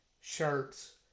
shirts